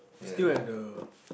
still at the